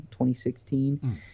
2016